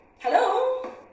Hello